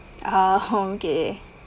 ah okay